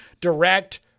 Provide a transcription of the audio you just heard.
direct